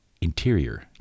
interior